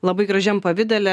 labai gražiam pavidale